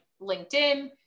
LinkedIn